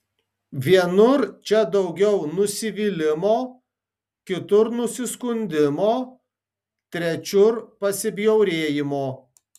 vienur čia daugiau nusivylimo kitur nusiskundimo trečiur pasibjaurėjimo